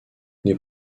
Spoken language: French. les